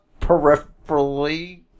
peripherally